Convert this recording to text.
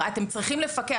אתם צריכים לפקח.